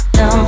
no